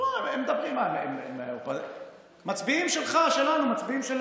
הם מצביעים שלך, שלנו, מצביעים,